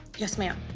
yes ma'am.